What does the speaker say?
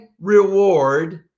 reward